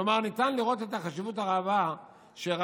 כלומר ניתן לראות את החשיבות הרבה שראה